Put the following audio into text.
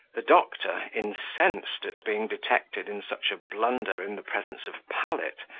the doctor, incensed at being detected in such a blunder in the presence of pallet,